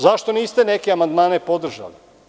Zašto niste neke amandmane podržali?